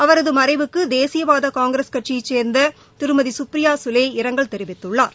அவரது மறைவுக்கு தேசியவாத காங்கிரஸ் கட்சியைச் சேர்ந்த திருமதி கப்ரியா கலே இரங்கல் தெரிவித்துள்ளார்